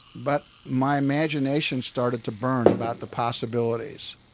but my imagination started to burn about the possibilities.